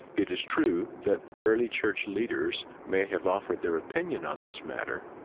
it is true that early church leaders may have offered their opinion on this matter,